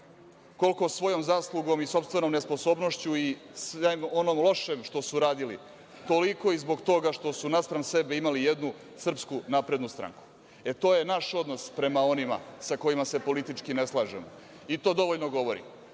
koliko svojom zaslugom i sopstvenom nesposobnošću i svem onom lošem što su radili, toliko i zbog toga što su naspram sebe imali jednu SNS. To je naš odnos prema onima sa kojima se politički ne slažemo, i to dovoljno govori. Potpuno